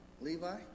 Levi